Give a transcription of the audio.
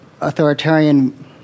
authoritarian